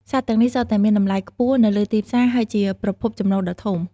សត្វទាំងនេះសុទ្ធតែមានតម្លៃខ្ពស់នៅលើទីផ្សារ ហើយជាប្រភពចំណូលដ៏ធំ។